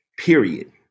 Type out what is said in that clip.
period